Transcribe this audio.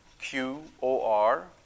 Q-O-R